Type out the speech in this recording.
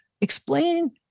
explain